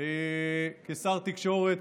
כשר תקשורת,